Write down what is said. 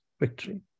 victory